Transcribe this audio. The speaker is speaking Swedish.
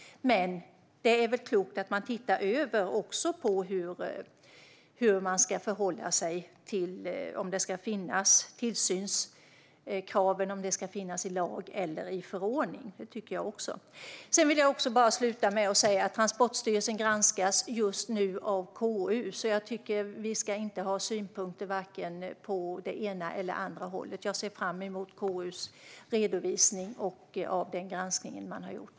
Men det är väl klokt att man även ser över hur man ska förhålla sig till tillsynskraven - om de ska finnas i lag eller i förordning. Det tycker jag också. Sedan vill jag bara avsluta med att säga: Transportstyrelsen granskas just nu av KU, så jag tycker inte att vi ska ha synpunkter på det ena eller det andra hållet. Jag ser fram emot KU:s redovisning av den granskning man har gjort.